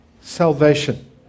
salvation